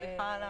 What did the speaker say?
סליחה.